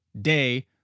day